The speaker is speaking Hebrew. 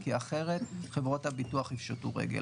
כי אחרת חברות הביטוח יפשטו רגל.